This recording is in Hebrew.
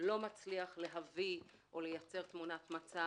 לא מצליח להביא או לייצר תמונת מצב,